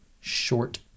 short